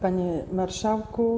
Panie Marszałku!